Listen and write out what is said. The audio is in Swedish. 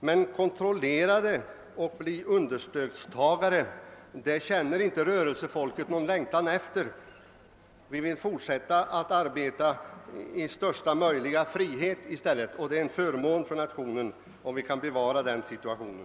Men att bli kontrollerade och bli understödstagare känner inte rörelsefolket någon längtan efter. Vi vill i stället fortsätta att arbeta i största möjliga frihet, och det är till fördel för nationen om vi kan bevara den situationen.